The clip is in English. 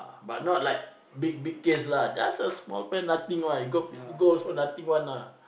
but not like big big case lah just a small offence nothing one you go you go also nothing one lah